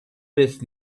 with